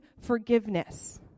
forgiveness